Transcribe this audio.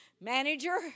manager